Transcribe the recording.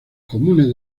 comunes